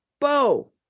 bo